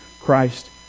Christ